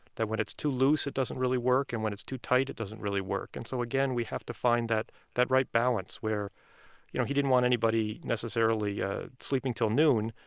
when it's too loose, it doesn't really work. and when it's too tight, it doesn't really work. and so again, we have to find that that right balance where you know he didn't want anybody necessarily ah sleeping until noon,